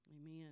Amen